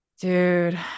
dude